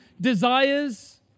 desires